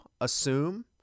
assume